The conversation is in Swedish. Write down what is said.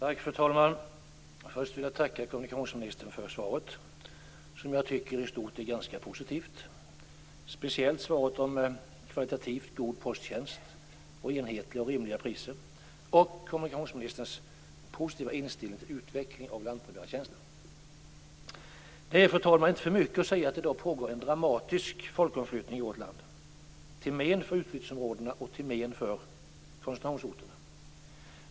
Fru talman! Först vill jag tacka kommunikationsministern för svaret. Jag tycker att det i stort var ganska positivt. Det gäller speciellt svaret om en kvalitativt god posttjänst, enhetliga och rimliga priser samt kommunikationsministerns positiva inställning till en utveckling av lantbrevbärartjänsterna. Fru talman! Det är inte för mycket att säga att det i dag pågår en dramatisk folkomflyttning i vårt land till men för utflyttningsområdena och till men för koncentrationsorterna.